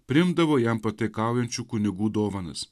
priimdavo jam pataikaujančių kunigų dovanas